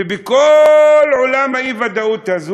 ובכל עולם האי-ודאות הזה